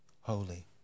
holy